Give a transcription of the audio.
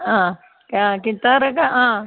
ആ കിട്ടാറക്കെ അ